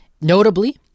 Notably